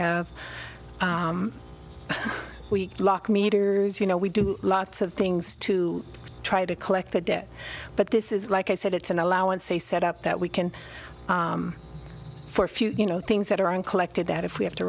have we lock meters you know we do lots of things to try to collect the debt but this is like i said it's an allowance a set up that we can for a few you know things that are on collected that if we have to